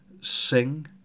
sing